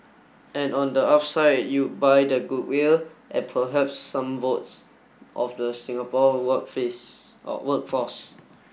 and on the upside you buy the goodwill and perhaps some votes of the Singapore work face workforce